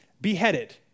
beheaded